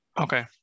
Okay